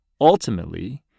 ultimately